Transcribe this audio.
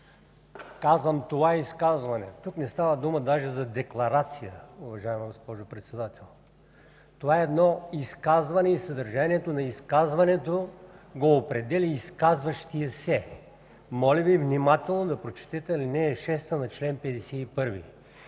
казвам, това изказване. Тук не става дума даже за декларация, уважаема госпожо Председател. Това е едно изказване и съдържанието на изказването го определя изказващият се. Моля Ви внимателно да прочетете ал. 6 на чл. 51.